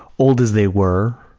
old as they were,